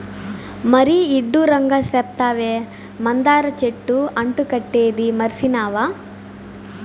మరీ ఇడ్డూరంగా సెప్తావే, మందార చెట్టు అంటు కట్టేదీ మర్సినావా